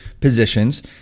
positions